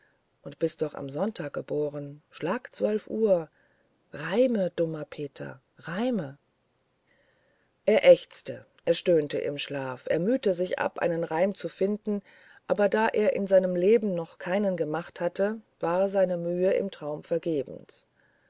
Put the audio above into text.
und bist doch am sonntag geboren schlag zwölf uhr reime dummer peter reime er ächzte er stöhnte im schlaf er mühte sich ab einen reim zu finden aber da er in seinem leben noch keinen gemacht hatte war seine mühe im traum vergebens